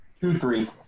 Two-three